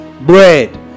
Bread